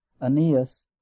Aeneas